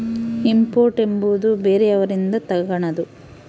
import ಎಂಬುವುದು ಬೇರೆಯವರಿಂದ ತಗನದು